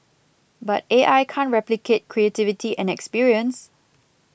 but A I can't replicate creativity and experience